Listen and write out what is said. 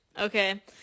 Okay